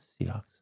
Seahawks